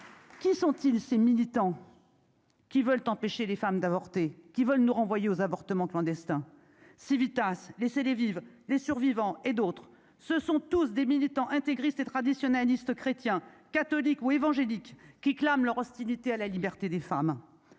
Qui sont-ils, ces militants qui veulent empêcher les femmes d'avorter qui veulent nous renvoyer aux avortements clandestins Civitas les CD, vive les survivants et d'autres, ce sont tous des militants intégristes et traditionalistes chrétiens, catholiques ou évangéliques qui clament leur hostilité à la liberté des femmes